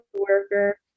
worker